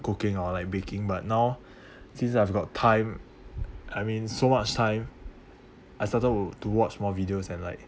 cooking or like baking but now since I've got time I mean so much time I started to to watch more videos and like